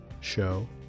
show